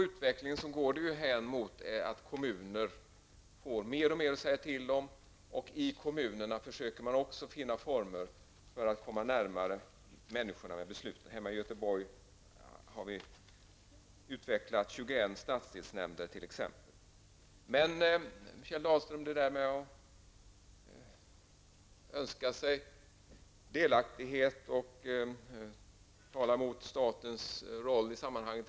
Utvecklingen går ju hän mot att kommuner får mer och mer att säga till om, och i kommunerna försöker man också finna former för att komma närmare människorna i besluten. I Göteborg har vi t.ex. utvecklat 21 Det där med att önska sig delaktighet, Kjell Dahlström, talar emot statens roll i sammanhanget.